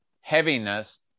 heaviness